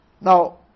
Now